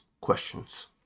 questions